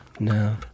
No